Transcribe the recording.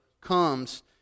comes